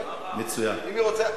כן, אם היא רוצה.